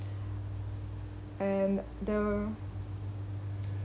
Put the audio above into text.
and there